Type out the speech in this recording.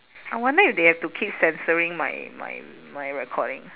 I wonder if they have to keep censoring my my my recording